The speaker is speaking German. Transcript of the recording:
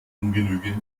ungenügend